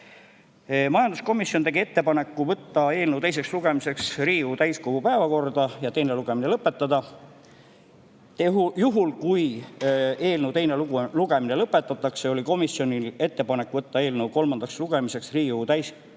Majanduskomisjon tegi ettepaneku võtta eelnõu teiseks lugemiseks Riigikogu täiskogu päevakorda ja teine lugemine lõpetada. Juhul kui eelnõu teine lugemine lõpetatakse, oli komisjoni ettepanek võtta eelnõu kolmandaks lugemiseks Riigikogu täiskogu päevakorda